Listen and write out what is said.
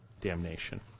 damnation